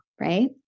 right